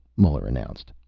muller announced.